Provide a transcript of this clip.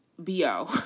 BO